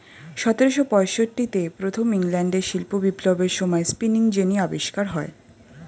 সতেরোশো পঁয়ষট্টিতে প্রথম ইংল্যান্ডের শিল্প বিপ্লবের সময়ে স্পিনিং জেনি আবিষ্কার হয়